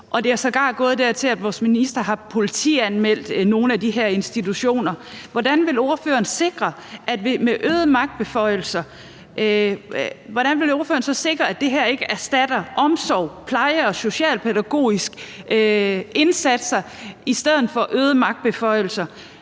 Det er sågar nået dertil, at vores minister har politianmeldt nogle af de her institutioner. Hvordan vil ordføreren sikre, at vi med øgede magtbeføjelser ikke erstatter omsorg, pleje og socialpædagogiske indsatser med øget brug af magtbeføjelser?